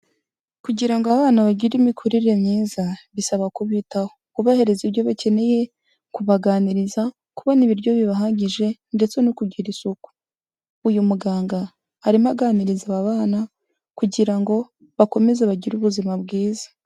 Kugira ngo abana bagire imikurire myiza bisaba kubitaho, kubahereza ibyo bakeneye, kubaganiriza, kubona ibiryo bibahagije ndetse no kugira isuku, uyu muganga arimo aganiriza aba bana kugira ngo bakomeze bagire ubuzima bwiza.